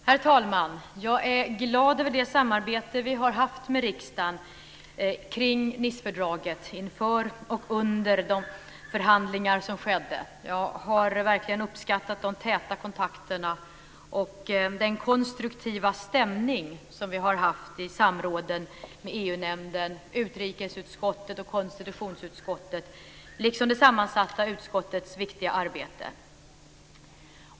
Herr talman! Jag är glad över det samarbete som vi har haft med riksdagen kring Nicefördraget inför och under de förhandlingar som skedde. Jag har verkligen uppskattat de täta kontakterna och den konstruktiva stämning som vi har haft i samråden med EU-nämnden, utrikesutskottet och konstitutionsutskottet liksom i det sammansatta utskottets viktiga arbete.